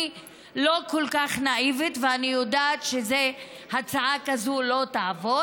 אני לא כל כך נאיבית ואני יודעת שהצעה כזו לא תעבור.